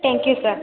thank you sir